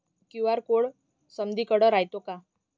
QR code समदीकडे रायतो का?